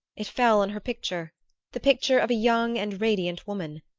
it fell on her picture the picture of a young and radiant woman.